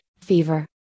fever